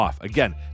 Again